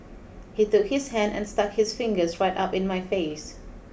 he took his hand and stuck his fingers right up in my face